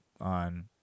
on